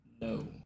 No